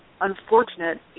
unfortunate